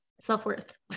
self-worth